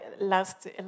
last